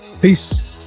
Peace